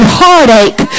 heartache